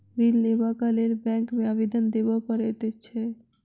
ऋण लेबाक लेल बैंक मे आवेदन देबय पड़ैत छै